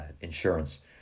insurance